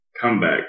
comeback